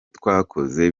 twakoze